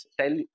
tell